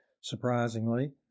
surprisingly